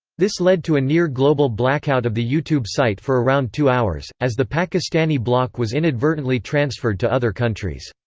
this led to a near global blackout of the youtube site for around two hours, as the pakistani block was inadvertently transferred to other countries.